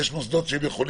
ויש מוסדות שיכולים,